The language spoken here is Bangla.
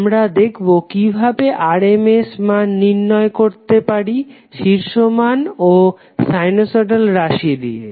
আমরা দেখবো কিভাবে আমরা RMS মান নির্ণয় করতে পারি শীর্ষ মান ও সাইনোসডাল রাশি দিয়ে